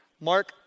Mark